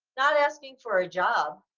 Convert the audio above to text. not asking for a job,